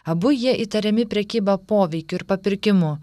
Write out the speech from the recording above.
abu jie įtariami prekyba poveikiu ir papirkimu